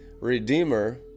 redeemer